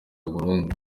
burundu